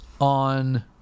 on